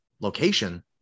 location